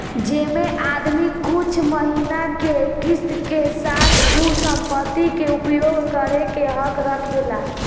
जेमे आदमी कुछ महिना के किस्त के साथ उ संपत्ति के उपयोग करे के हक रखेला